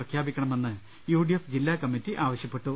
പ്രഖ്യാപിക്കണമെന്ന് U D F ജില്ലാ കമ്മിറ്റി ആവശ്യപ്പെട്ടു